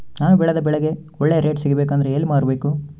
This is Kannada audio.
ನಾನು ಬೆಳೆದ ಬೆಳೆಗೆ ಒಳ್ಳೆ ರೇಟ್ ಸಿಗಬೇಕು ಅಂದ್ರೆ ಎಲ್ಲಿ ಮಾರಬೇಕು?